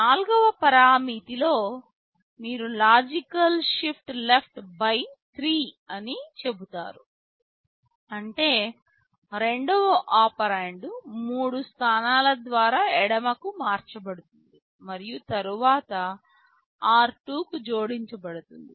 నాల్గవ పరామితిలో మీరు లాజికల్ షిప్ లెఫ్ట్ బై 3 అని చెబుతారు అంటే రెండవ ఒపెరాండ్ మూడు స్థానాల ద్వారా ఎడమకు మార్చబడుతుంది మరియు తరువాత r2 కు జోడించబడుతుంది